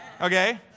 Okay